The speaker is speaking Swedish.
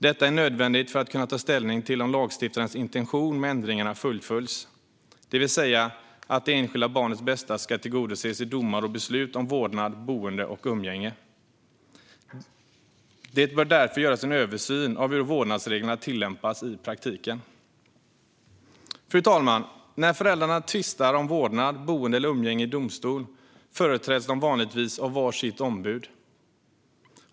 Detta är nödvändigt för att kunna ta ställning till om lagstiftarens intention med ändringarna fullföljs, det vill säga att det enskilda barnets bästa ska tillgodoses i domar och beslut om vårdnad, boende och umgänge. Det bör därför göras en översyn av hur vårdnadsreglerna tillämpas i praktiken. Fru talman! När föräldrarna tvistar om vårdnad, boende eller umgänge i domstol företräds de vanligtvis av var sitt ombud.